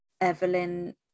Evelyn